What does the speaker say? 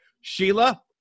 Sheila